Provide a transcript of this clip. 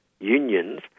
unions